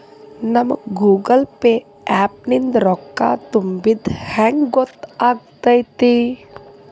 ನಮಗ Google Pay app ನಿಂದ ರೊಕ್ಕಾ ತುಂಬಿದ್ದ ಹೆಂಗ್ ಗೊತ್ತ್ ಆಗತೈತಿ?